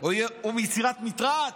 או מיצירת מטרד